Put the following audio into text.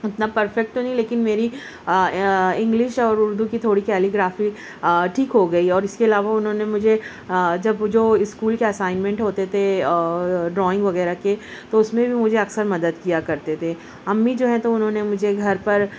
اتنا پرفیکٹ تو نہیں لیکن میری انگلش اور اردو کی تھوڑی کیلی گرافی ٹھیک ہوگئی اور اس کے علاوہ انہوں نے مجھے جب جو اسکول کا اسائنمینٹ ہوتے تھے اور ڈرائنگ وغیرہ کے تو اس میں بھی مجھے اکثر مدد کیا کرتے تھے امی جو ہیں تو انہوں نے مجھے گھر پر